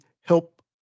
help